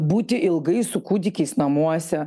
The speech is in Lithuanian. būti ilgai su kūdikiais namuose